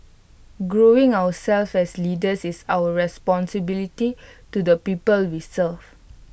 growing ourselves as leaders is our responsibility to the people we serve